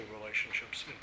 relationships